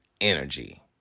energy